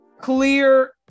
clear